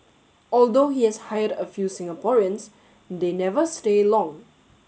although he has hired a few Singaporeans they never stay long